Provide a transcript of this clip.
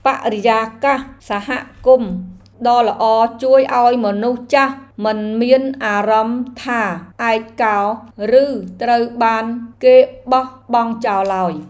បរិយាកាសសហគមន៍ដ៏ល្អជួយឱ្យមនុស្សចាស់មិនមានអារម្មណ៍ថាឯកោឬត្រូវបានគេបោះបង់ចោលឡើយ។